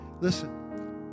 Listen